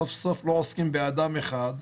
סוף סוף לא עוסקים באדם אחד,